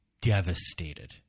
devastated